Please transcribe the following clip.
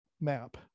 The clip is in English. map